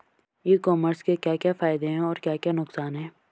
ई commerce के क्या क्या फायदे और क्या क्या नुकसान है?